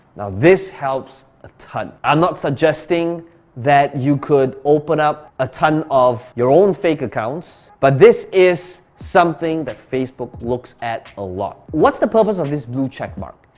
now this helps a ton. i'm not suggesting that you could open up a ton of your own fake accounts, but this is something that facebook looks at a lot. what's the purpose of this blue check mark.